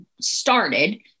started